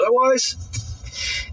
otherwise